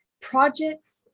projects